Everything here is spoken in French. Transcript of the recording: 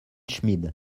schmid